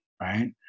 Right